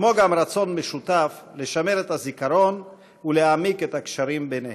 כמו גם רצון משותף לשמר את הזיכרון ולהעמיק את הקשרים ביניהן.